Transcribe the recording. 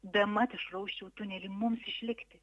bemat išrausčiau tunelį mums išlikti